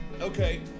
Okay